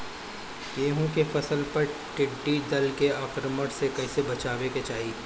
गेहुँ के फसल पर टिड्डी दल के आक्रमण से कईसे बचावे के चाही?